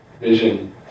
vision